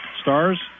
Stars